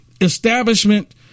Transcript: establishment